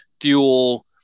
fuel